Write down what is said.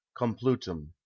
Complutum